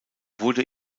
wurde